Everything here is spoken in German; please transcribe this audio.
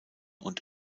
und